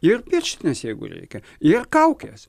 ir pirštinės jeigu reikia ir kaukės